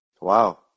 Wow